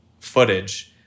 footage